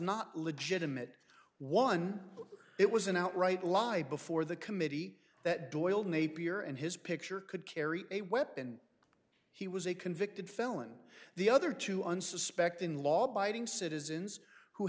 not legitimate one it was an outright lie before the committee that doyle napier and his picture could carry a weapon he was a convicted felon the other two unsuspecting law abiding citizens who